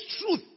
truth